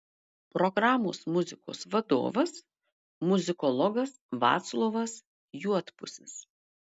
programos muzikos vadovas muzikologas vaclovas juodpusis